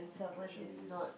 catch and release